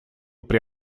при